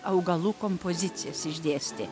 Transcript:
augalų kompozicijas išdėstė